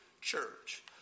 church